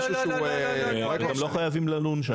גם לא חייבים ללון שם.